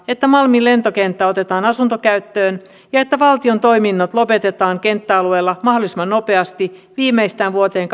että malmin lentokenttä otetaan asuntokäyttöön ja että valtion toiminnot lopetetaan kenttäalueella mahdollisimman nopeasti viimeistään vuoteen